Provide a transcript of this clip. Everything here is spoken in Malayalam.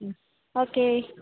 മ്മ് ഓക്കേ